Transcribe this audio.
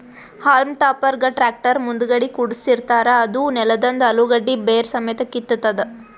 haulm ಟಾಪರ್ಗ್ tractor ಮುಂದಗಡಿ ಕುಡ್ಸಿರತಾರ್ ಅದೂ ನೆಲದಂದ್ ಅಲುಗಡ್ಡಿ ಬೇರ್ ಸಮೇತ್ ಕಿತ್ತತದ್